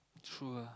true ah